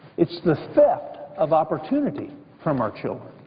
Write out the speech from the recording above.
it's the theft of opportunity from our children.